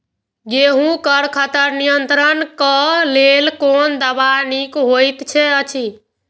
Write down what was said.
गेहूँ क खर नियंत्रण क लेल कोन दवा निक होयत अछि?